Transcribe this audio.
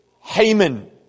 Haman